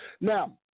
Now